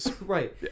Right